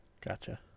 Gotcha